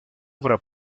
obra